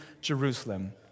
Jerusalem